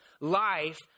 life